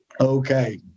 okay